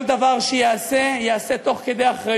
כל דבר שייעשה, ייעשה באחריות.